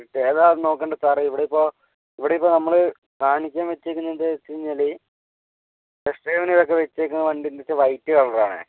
Creta ഏതാ നോക്കേണ്ടത് sir ഇവിടെയിപ്പോൾ ഇവിടെയിപ്പോൾ നമ്മൾ കാണിക്കാൻ വെച്ചേക്കുന്നത് എന്ന് വെച്ച് കഴിഞ്ഞാൽ ടെസ്റ്റ് ഡ്രൈവിനൊക്കെ വച്ചേക്കുന്ന വണ്ടി എന്നുവെച്ചാൽ വൈറ്റ് കളറാണേ